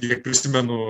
kiek prisimenu